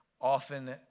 often